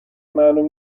معلوم